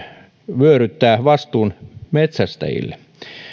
vyöryttää vastuun metsästäjille